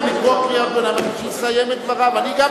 חבר הכנסת זאב.